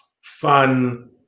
fun